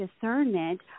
discernment